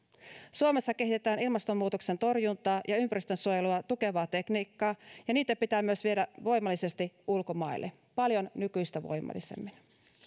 suomessa kehitetään ilmastonmuutoksen torjuntaa ja ympäristönsuojelua tukevaa tekniikkaa ja niitä pitää myös viedä voimallisesti ulkomaille paljon nykyistä voimallisemmin